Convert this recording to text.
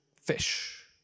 fish